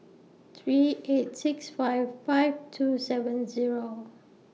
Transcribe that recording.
three eight six five five two seven Zero